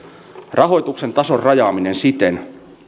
rahoituksen tason rajaaminen siten